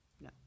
No